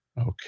Okay